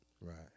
right